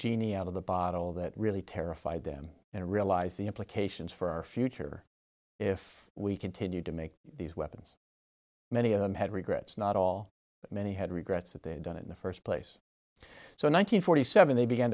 genie out of the bottle that really terrified them and realize the implications for our future if we continued to make these weapons many of them had regrets not all but many had regrets that they had done in the first place so nine hundred forty seven they began